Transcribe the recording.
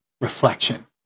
reflection